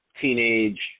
teenage